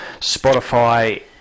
Spotify